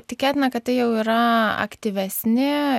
tikėtina kad tai jau yra aktyvesni